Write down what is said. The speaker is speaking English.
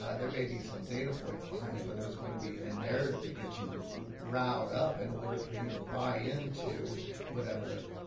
ah there may be some data points behind it, but there's going to be a narrative that gets, you will route up in and order for you to buy into whatever,